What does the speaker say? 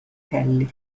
kelly